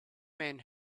men